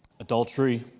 adultery